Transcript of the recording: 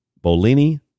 Bolini